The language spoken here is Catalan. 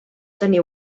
tenir